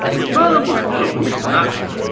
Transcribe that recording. but burdon was still a blues fanatic,